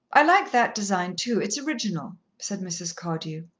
i like that design, too. it's original, said mrs. cardew.